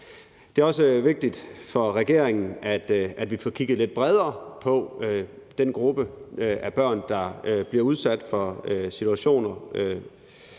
Det er også vigtigt for regeringen, at vi får kigget lidt bredere på den gruppe af børn, der bliver udsat for situationer,